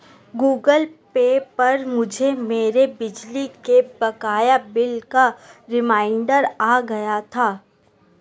Google Pay पर मुझे मेरे बिजली के बकाया बिल का रिमाइन्डर आ गया था